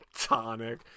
tonic